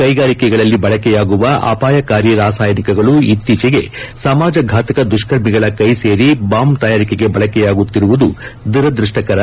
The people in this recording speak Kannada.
ಕ್ಷೆಗಾರಿಕೆಗಳಲ್ಲಿ ಬಳಕೆಯಾಗುವ ಅಪಾಯಕಾರಿ ರಾಸಾಯನಿಕಗಳು ಇತ್ತೀಚೆಗೆ ಸಮಾಜಘಾತಕ ದುಷ್ತರ್ಮಿಗಳ ಕ್ಷೆ ಸೇರಿ ಬಾಂಬ್ ತಯಾರಿಕೆಗೆ ಬಳಕೆಯಾಗುತ್ತಿರುವುದು ದುರಾದೃಷ್ಷಕರ